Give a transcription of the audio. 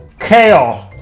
kale.